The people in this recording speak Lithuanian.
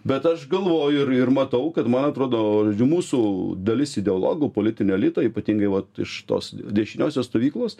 bet aš galvoju ir ir matau kad man atrodo mūsų dalis ideologų politinio elito ypatingai vat iš tos dešiniosios stovyklos